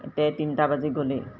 এতিয়া এই তিনিটা বাজি গ'লেই